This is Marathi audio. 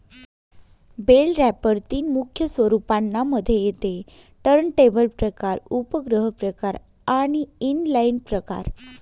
बेल रॅपर तीन मुख्य स्वरूपांना मध्ये येते टर्नटेबल प्रकार, उपग्रह प्रकार आणि इनलाईन प्रकार